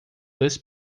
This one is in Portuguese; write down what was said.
dois